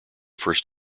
first